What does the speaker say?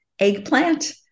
eggplant